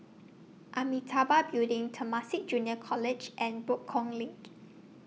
Amitabha Building Temasek Junior College and Buangkok LINK